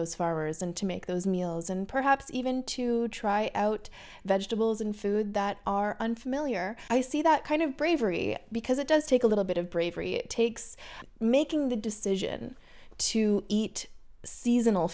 those farmers and to make those meals and perhaps even to try out vegetables and food that are unfamiliar i see that kind of bravery because it does take a little bit of bravery it takes making the decision to eat seasonal